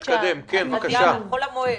נתקדם, בבקשה.